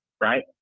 right